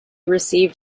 received